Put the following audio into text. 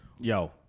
Yo